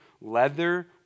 leather